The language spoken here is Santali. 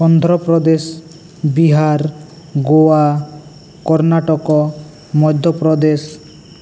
ᱚᱱᱫᱷᱨᱚᱯᱨᱫᱮᱥ ᱵᱤᱦᱟᱨ ᱜᱚᱣᱟ ᱠᱚᱨᱱᱟᱴᱚᱠᱚ ᱢᱚᱫᱭᱚᱯᱨᱚᱫᱮᱥ